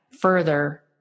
further